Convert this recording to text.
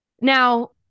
Now